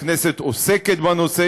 הכנסת עוסקת בנושא,